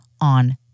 on